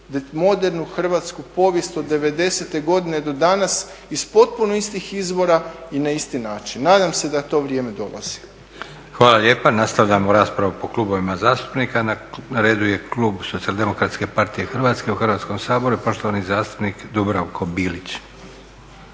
modernu hrvatsku povijest od 90. godine do danas iz potpuno istih izvora i na isti način. Nadam se da to vrijeme dolazi. **Leko, Josip (SDP)** Hvala lijepa. Nastavljamo raspravu po klubovima zastupnika. Na redu je klub SDP-a Hrvatske u Hrvatskom saboru i poštovani zastupnik Dubravko Bilić.